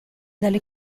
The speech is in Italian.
dalle